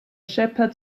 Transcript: shepherd